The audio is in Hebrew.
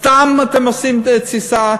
סתם אתם עושים תסיסה,